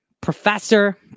Professor